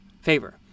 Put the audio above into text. favor